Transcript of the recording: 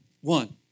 One